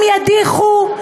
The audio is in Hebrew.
גם ידיחו,